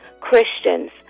christians